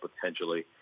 potentially